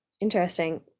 Interesting